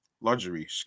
luxury